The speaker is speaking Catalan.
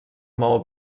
maó